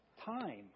time